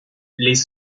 les